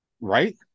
Right